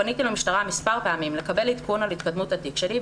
פניתי למשטרה מספר פעמים לקבל עדכון על התקדמות התיק שלי,